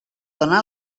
donà